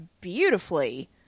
beautifully